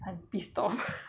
I pissed off